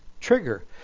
trigger